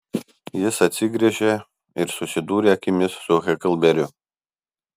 jis atsigręžė ir susidūrė akimis su heklberiu